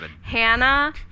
Hannah